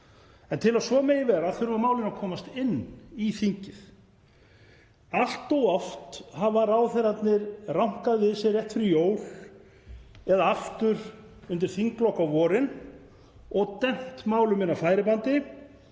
En til að svo megi verða þurfa mál að komast inn í þingið. Allt of oft hafa ráðherrarnir rankað við sér rétt fyrir jól eða aftur undir þinglok á vorin og dembt málum inn á færibandið,